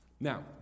Now